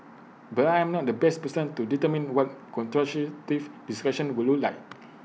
but I am not the best person to determine what constructive discussion would look like